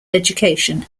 education